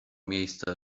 miejsce